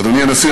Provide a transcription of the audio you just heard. אדוני הנשיא,